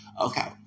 Okay